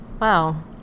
Wow